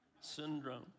syndrome